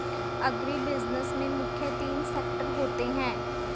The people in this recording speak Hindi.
अग्रीबिज़नेस में मुख्य तीन सेक्टर होते है